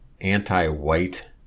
anti-white